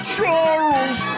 Charles